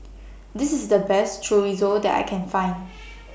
This IS The Best Chorizo that I Can Find